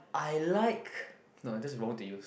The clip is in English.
I like no that's the wrong word to use